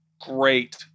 Great